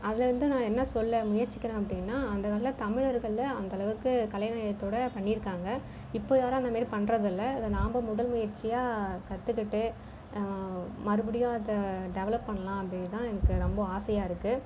அதில் வந்து நான் என்ன சொல்ல முயற்சிக்கிறேன் அப்படின்னா அந்த காலத்தில் தமிழர்களில் அந்தளவுக்கு கலைநயத்தோடு பண்ணியிருக்காங்க இப்போ யாரும் அந்த மாதிரி பண்றது இல்லை அதை நாம் முதல் முயற்சியாக கற்றுக்கிட்டு மறுபடியும் அதை டெவலப் பண்ணலாம் அப்படினு தான் எனக்கு ரொம்ப ஆசையாக இருக்குது